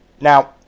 Now